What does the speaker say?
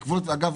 ואגב,